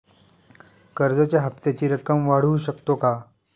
कर्जाच्या हप्त्याची रक्कम वाढवू शकतो का?